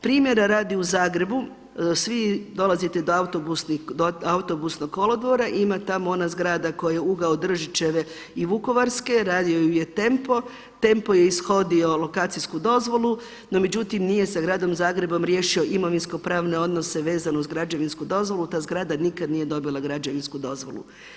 Primjera radi, u Zagrebu svi dolazite do Autobusnog kolodvora i ima tamo ona zgrada koja je ugao Držićeve i Vukovarske, radio ju je Tempo, Tempo je ishodio lokacijsku dozvolu, no međutim nije sa gradom Zagrebom riješio imovinsko-pravne odnose vezano uz građevinsku dozvolu i ta zgrada nikad nije dobila građevinsku dozvolu.